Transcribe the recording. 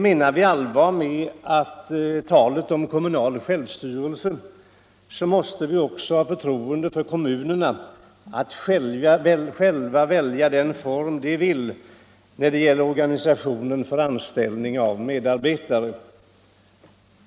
Menar vi allvar med talet om kommunal självstyrelse måste vi också ha förtroende för kommunerna och respektera deras rätt att själva välja den form de vill ha när det gäller organisationen för anställning av medarbetare.